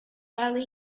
early